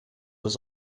was